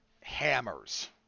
hammers